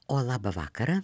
o labą vakarą